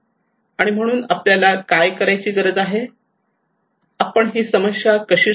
आणि म्हणून आपल्याला काय करायची गरज आहे आपण ही समस्या कशी सोडवू शकतो